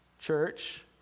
Church